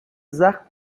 زخم